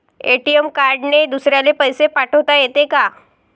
ATM कार्डने दुसऱ्याले पैसे पाठोता येते का?